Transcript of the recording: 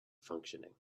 functioning